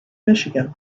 michigan